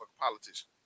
politician